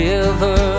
River